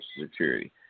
security